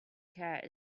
cat